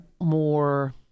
more